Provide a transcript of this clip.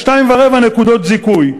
2.25 נקודות זיכוי.